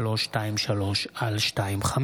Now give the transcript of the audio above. פ/4323/25: